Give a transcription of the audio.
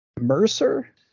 Mercer